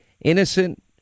innocent